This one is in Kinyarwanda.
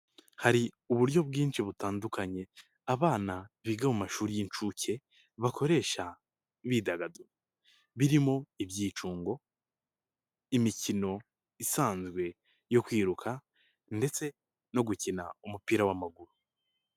Hari uburyo bwinshi butandukanye abana biga mu mashuri y'inshuke bakoresha imyidagaduro birimo; ibyicungo, imikino isanzwe yo kwiruka ndetse no gukina umupira w'amaguru.